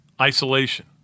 Isolation